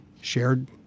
shared